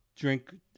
drink